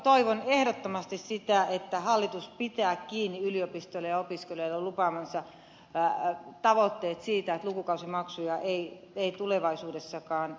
toivon ehdottomasti sitä että hallitus pitää kiinni yliopistoille ja opiskelijoille lupaamastaan tavoitteesta siitä että lukukausimaksuja ei tulevaisuudessakaan suomeen tule